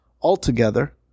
altogether